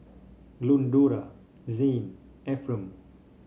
Glendora Zayne Efrem